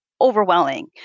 overwhelming